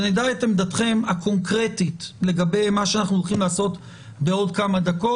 שנדע את עמדתכם הקונקרטית לגבי מה שאנחנו הולכים לעשות בעוד כמה דקות,